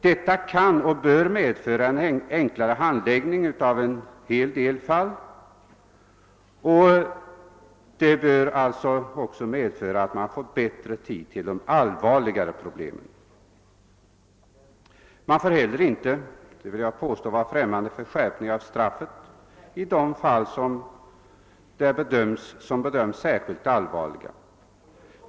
Detta kan och bör medföra en enklare handläggning av en del fall för att man skall få bättre tid att ta sig an de allvarligare problemen. Vi får inte heller — det vill jag påstå — vara främmande för en skärpning av straffet i de fall som bedöms som särskilt allvarliga.